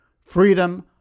freedom